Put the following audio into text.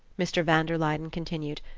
mr. van der luyden continued,